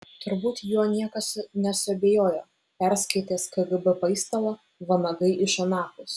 turbūt juo niekas nesuabejojo perskaitęs kgb paistalą vanagai iš anapus